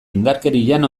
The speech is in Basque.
indarkerian